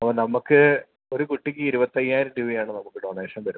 അപ്പോൾ നമുക്ക് ഒരു കുട്ടിക്ക് ഇരുപത്തി അയ്യായിരം രൂപയാണ് നമുക്ക് ഡൊണേഷൻ വരുന്നത്